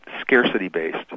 scarcity-based